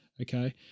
okay